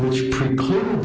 which preclude